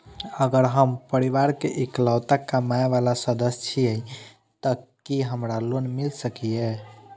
अगर हम परिवार के इकलौता कमाय वाला सदस्य छियै त की हमरा लोन मिल सकीए?